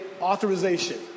authorization